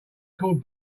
called